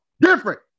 different